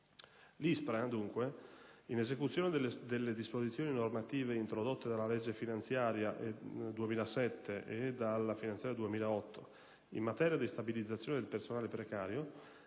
L'ISPRA, dunque, in esecuzione delle disposizioni normative introdotte dalla legge finanziaria 2007 e dalla legge finanziaria 2008 in materia di stabilizzazione del personale precario,